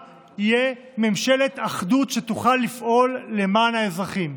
ממשלת אחדות שתוכל לפעול למען האזרחים.